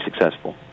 successful